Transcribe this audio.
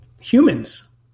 humans